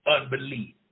unbelief